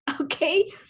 Okay